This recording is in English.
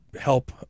help